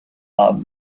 are